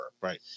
Right